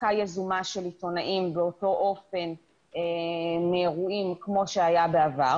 הרחקה יזומה של עיתונאים באותו אופן מאירועים כמו שהיה בעבר